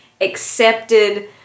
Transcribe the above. accepted